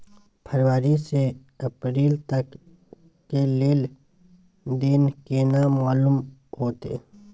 फरवरी से अप्रैल तक के लेन देन केना मालूम होते?